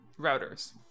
Routers